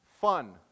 fun